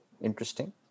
interesting